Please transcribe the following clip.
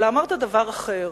אמרת דבר אחר,